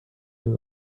این